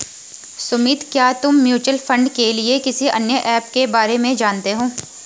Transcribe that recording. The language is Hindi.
सुमित, क्या तुम म्यूचुअल फंड के लिए किसी अन्य ऐप के बारे में जानते हो?